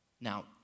Now